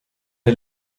der